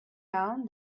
down